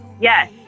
yes